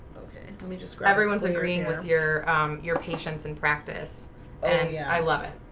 okay, can we just everyone's agreeing with your your patience and practice and yeah, i love it.